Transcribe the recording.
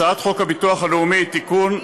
הצעת חוק הביטוח הלאומי (תיקון,